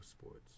sports